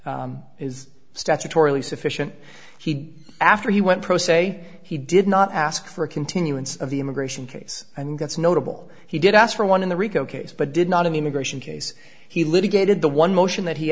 is is statutorily sufficient he after he went pro se he did not ask for a continuance of the immigration case and that's notable he did ask for one in the rico case but did not in the immigration case he litigated the one motion that he